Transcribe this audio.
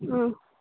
ம்